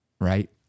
right